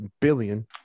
billion